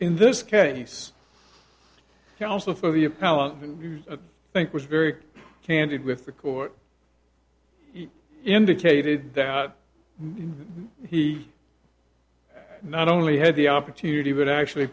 in this case and also for you thank was very candid with the court indicated that he not only had the opportunity but actually